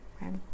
right